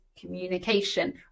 communication